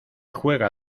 juega